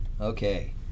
okay